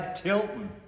Tilton